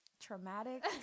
traumatic